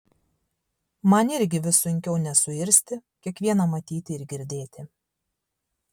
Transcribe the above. man irgi vis sunkiau nesuirzti kiekvieną matyti ir girdėti